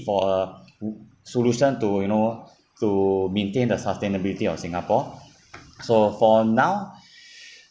for a solution to you know to maintain the sustainability of singapore so for now